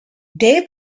they